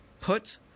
Put